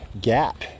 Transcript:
gap